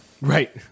Right